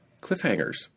cliffhangers